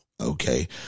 okay